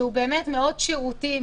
שהוא באמת מאוד שירותי,